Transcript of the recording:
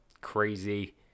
crazy